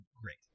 great